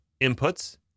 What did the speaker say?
inputs